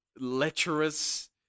lecherous